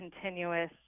continuous